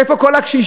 איפה כל הקשישים?